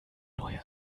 neue